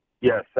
Yes